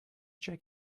check